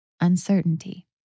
uncertainty